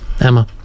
Emma